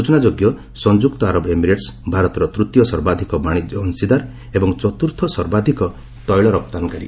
ସୂଚନାଯୋଗ୍ୟ ସଂଯୁକ୍ତ ଆରବ ଏମିରେଟ୍ସ୍ ଭାରତର ତୂତୀୟ ସର୍ବାଧିକ ବାଣିଜ୍ୟ ଅଂଶୀଦାର ଏବଂ ଚତୁର୍ଥ ସର୍ବାଧକ ତେଳ ରପ୍ତାନୀକାରୀ